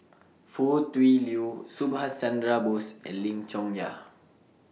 Foo Tui Liew Subhas Chandra Bose and Lim Chong Yah